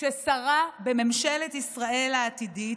ששרה בממשלת ישראל העתידית,